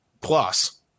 plus